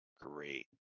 Great